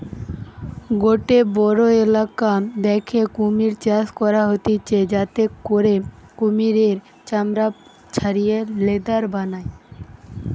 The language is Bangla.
গটে বড়ো ইলাকা দ্যাখে কুমির চাষ করা হতিছে যাতে করে কুমিরের চামড়া ছাড়িয়ে লেদার বানায়